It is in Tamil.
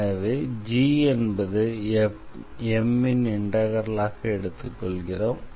எனவே gஎன்பது M ன் இண்டெக்ரலாக எடுத்துக்கொள்கிறோம்